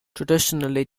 traditionally